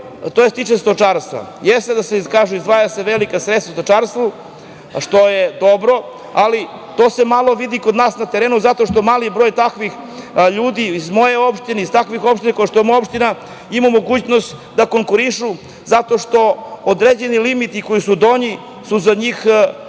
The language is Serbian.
jeste da se kaže da se izdvajaju veliko sredstvo stočarstvu što je dobro, ali to se malo vidi kod nas na terenu zato što mali broj takvih ljudi iz moje opštine, iz takvih opština, kao što je moja opština, imaju mogućnost da konkurišu zato što određeni limiti koji su donji su za njih nemoguće